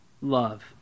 Love